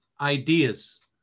ideas